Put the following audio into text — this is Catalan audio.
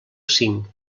cinc